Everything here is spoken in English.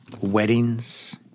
weddings